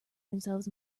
themselves